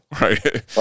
Right